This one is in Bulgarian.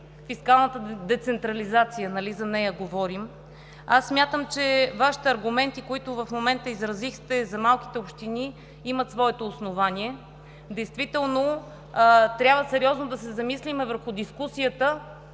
фискалната децентрализация – нали за нея говорим? Смятам, че Вашите аргументи, които в момента изразихте за малките общини, имат своето основание. Действително трябва сериозно да се замислим върху дискусията